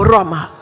Roma